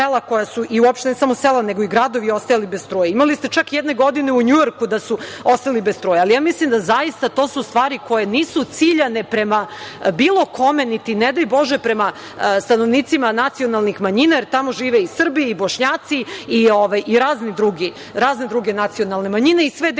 u Češkoj, ne samo sela nego i gradovi koji su ostajali bez struje. Imali ste čak jedne godine u Njujorku da su ostali bez struje. To su stvari koje nisu ciljane prema bilo kome niti ne daj bože prema stanovnicima nacionalnih manjina, jer tamo žive i Srbi i Bošnjaci i razne druge nacionalne manjine i svi dele